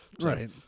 Right